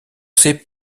sait